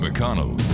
McConnell